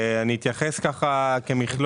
אני אתייחס כמכלול.